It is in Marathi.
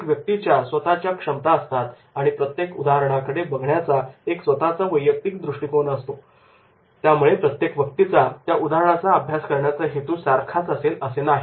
प्रत्येक व्यक्तीच्या स्वतःच्या क्षमता असतात आणि प्रत्येक उदाहरणाकडे बघण्याचा एक स्वतःचा वैयक्तिक दृष्टीकोन असतो त्यामुळे प्रत्येक व्यक्तीचा त्या उदाहरणाचा अभ्यास करण्याचा हेतू सारखाच असेल असे काही नाही